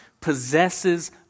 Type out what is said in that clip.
possesses